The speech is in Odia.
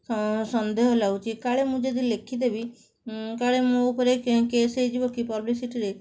ସ ସନ୍ଦେହ ଲାଗୁଛି କାଳେ ମୁଁ ଯଦି ଲେଖିଦେବି କାଳେ ମୋ ଉପରେ କେସ ହେଇଯିବ କି ପବ୍ଲିସିଟିରେ